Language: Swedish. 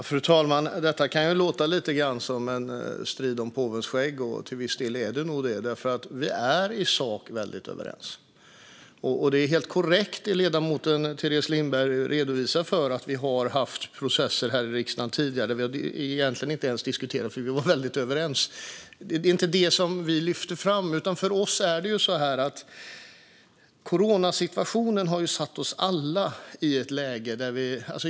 Fru talman! Detta kan låta lite som en strid om påvens skägg, vilket det nog till viss del är. I sak är vi väldigt överens. Det som ledamoten Teres Lindberg redovisar är helt korrekt. Vi har haft processer här i riksdagen tidigare där vi egentligen inte ens diskuterade eftersom vi var överens. Men det är inte detta vi lyfter fram. Coronasituationen har satt oss alla i detta läge.